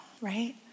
right